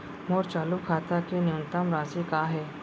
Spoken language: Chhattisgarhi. मोर चालू खाता के न्यूनतम राशि का हे?